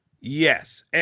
Yes